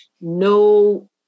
no